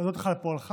להודות לך על פועלך,